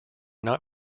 not